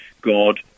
God